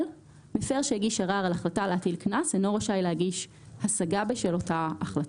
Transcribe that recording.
מפר שהגיש ערר על החלטה להטיל קנס אינו רשאי להגיש השגה בשל אותה החלטה.